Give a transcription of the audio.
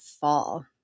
fall